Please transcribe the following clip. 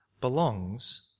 belongs